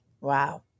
Wow